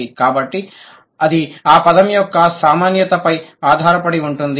కాబట్టి అది ఆ పదం యొక్క సామాన్యత పై ఆధారపడి ఉంటుంది